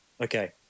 Okay